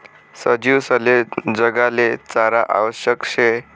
सजीवसले जगाले चारा आवश्यक शे